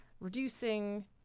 reducing